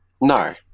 No